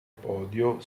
podio